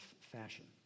fashion